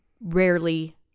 Rarely